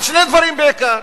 על שני דברים בעיקר.